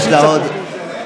יש לה עוד תשובה,